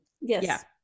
yes